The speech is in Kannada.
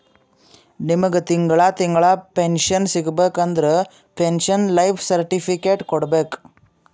ನಿಮ್ಮಗ್ ತಿಂಗಳಾ ತಿಂಗಳಾ ಪೆನ್ಶನ್ ಸಿಗಬೇಕ ಅಂದುರ್ ಪೆನ್ಶನ್ ಲೈಫ್ ಸರ್ಟಿಫಿಕೇಟ್ ಕೊಡ್ಬೇಕ್